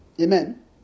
Amen